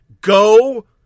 Go